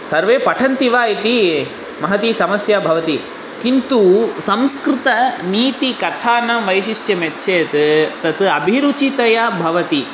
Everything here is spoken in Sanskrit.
सर्वे पठन्ति वा इति महती समस्या भवति किन्तु संस्कृतनीतिकथानां वैशिष्ट्यं यच्चेत् तत् अभिरुचितया भवति